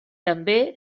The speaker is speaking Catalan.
també